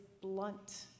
blunt